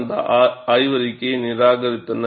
அந்த ஆய்வறிக்கையை நிராகரித்தனர்